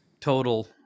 total